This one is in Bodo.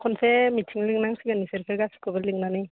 खनसे मिथिं लिंनांसिगोन बिसोरखौ गासैखौबो लिंनानै